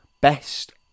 best